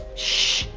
shhh,